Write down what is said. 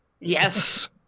Yes